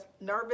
nervous